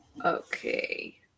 Okay